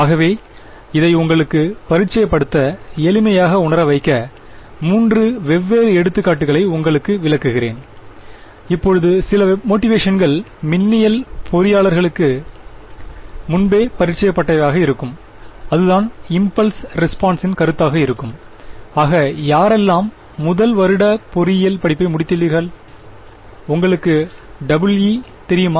ஆகவே இதை உங்களுக்கு பரிட்சய படுத்த எளிமையாக உணர வைக்க மூன்று வெவ்வேறு எடுத்துக்காட்டுகளை உங்களுக்கு விளக்குகிறேன் இப்பொழுது சில மோட்டிவேஷன்கள் மின்னியல் பொறியாளர்களுக்கு முன்பே பரிட்சய பட்டவையாக இருக்கும் அதுதான் இம்பல்ஸ் ரெஸ்பான்சின் கருத்தாக இருக்கும் ஆக யாரெல்லாம் முதல் வருட பொறியியல் படிப்பை முடித்துளீர்கள் உங்களுக்கு டபுள் இ தெரியுமா